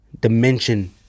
dimension